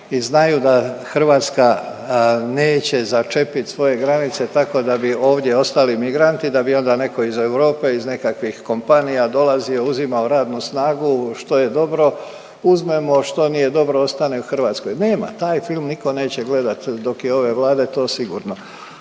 i znaju da Hrvatska neće začepiti svoje granice tako da bi ovdje ostali migranti, da bi onda netko iz Europe, iz nekakvih kompanija dolazio, uzimao radnu snagu što je dobro. Uzmemo, što nije dobro ostane u Hrvatskoj. Nema, taj film nitko neće gledati dok je ove Vlade to sigurno,